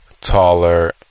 taller